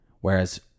Whereas